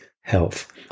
health